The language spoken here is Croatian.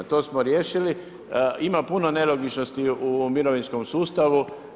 To smo riješili, ima puno nelogičnosti u mirovinskom sustavu.